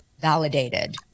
validated